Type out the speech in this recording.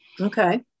Okay